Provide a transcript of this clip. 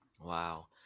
Wow